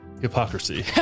Hypocrisy